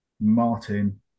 Martin